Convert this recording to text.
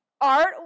Art